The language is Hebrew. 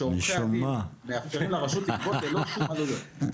שעורכי הדין מאפשרים לרשות לגבות ללא שום עלויות.